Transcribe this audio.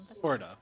Florida